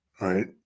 right